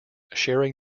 sharing